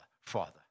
Father